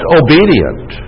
obedient